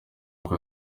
uko